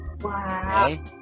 Wow